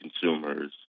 consumers